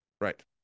Right